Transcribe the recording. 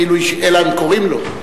אלא אם קוראים לו,